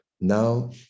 now